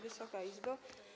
Wysoka Izbo!